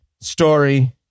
story